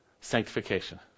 sanctification